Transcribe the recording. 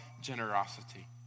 generosity